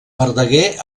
verdaguer